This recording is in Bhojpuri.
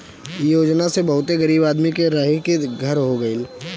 इ योजना से बहुते गरीब आदमी के रहे के घर हो गइल